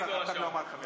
אף אחד לא אמר לך מילה.